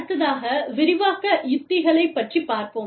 அடுத்ததாக விரிவாக்க உத்திகளைப் பற்றி பார்ப்போம்